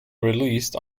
released